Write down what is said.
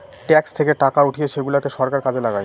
tax থেকে টাকা উঠিয়ে সেগুলাকে সরকার কাজে লাগায়